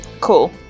Cool